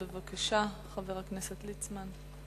בבקשה, חבר הכנסת ליצמן.